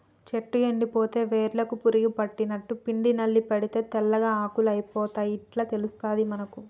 చెట్టు ఎండిపోతే వేర్లకు పురుగు పట్టినట్టు, పిండి నల్లి పడితే తెల్లగా ఆకులు అయితయ్ ఇట్లా తెలుస్తది మనకు